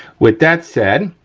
with that said,